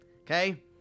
okay